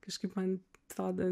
kažkaip man atrodo